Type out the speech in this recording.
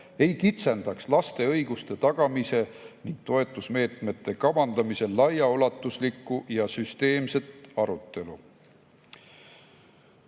ei kitsendaks laste õiguste tagamise ning toetusmeetmete kavandamisel laiaulatuslikku ja süsteemset arutelu.